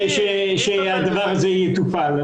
שהדבר הזה יטופל.